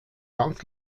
ganz